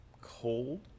cold